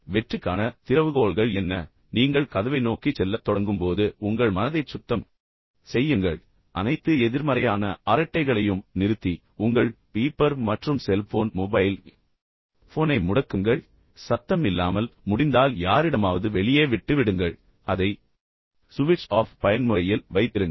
வெற்றிக்கான திறவுகோல்கள் என்ன நீங்கள் கதவை நோக்கிச் செல்லத் தொடங்கும் போது மீண்டும் உங்கள் மனதைச் சுத்தம் செய்யுங்கள் அனைத்து எதிர்மறையான அரட்டைகளையும் நிறுத்தி உங்கள் பீப்பர் மற்றும் செல்போன் மொபைல் ஃபோனை முடக்குங்கள் சத்தம் இல்லாமல் முடிந்தால் யாரிடமாவது வெளியே விட்டு விடுங்கள் அல்லது அதை முற்றிலும் சுவிட்ச் ஆஃப் பயன்முறையில் வைத்திருங்கள்